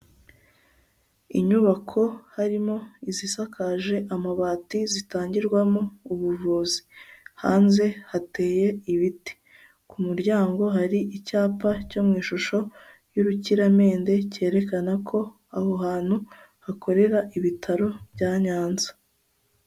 Inyubako harimo izisakaje amabati zitangirwamo ubuvuzi, hanze hateye ibiti ku muryango hari icyapa cyo mu ishusho y'urukiramende cyerekana ko aho hantu hakorera ibitaro bya Nyanza.